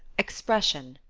expression.